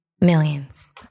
millions